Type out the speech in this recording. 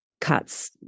cuts